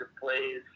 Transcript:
plays